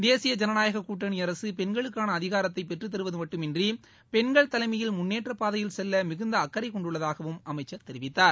தேசிய ஜனநாயக கூட்டணி அரசு பெண்களுக்கான அதிகாரத்தை பெற்றுதருவது மட்டுமின்றி பெண்கள் தலைமையில் முன்னேற்ற பாதையில் செல்ல மிகுந்த அக்கறை கொண்டுள்ளதாகவும் அமைச்சர் தெரிவித்தார்